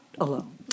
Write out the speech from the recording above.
alone